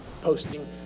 posting